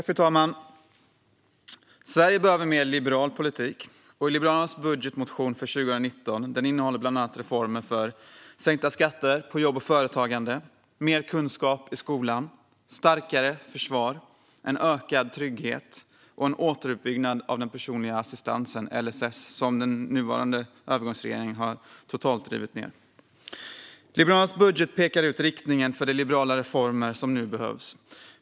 Fru talman! Sverige behöver mer liberal politik. Liberalernas budgetmotion för 2019 innehåller bland annat reformer för sänkta skatter på jobb och företagande, mer kunskap i skolan, starkare försvar, en ökad trygghet och en återuppbyggnad av den personliga assistansen, LSS, som den sittande regeringen, nu en övergångsregering, totalt har rivit ned. Liberalernas budget pekar ut riktningen för de liberala reformer som nu behövs.